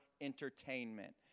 entertainment